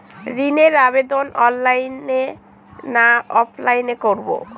ঋণের আবেদন অনলাইন না অফলাইনে করব?